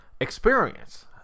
experience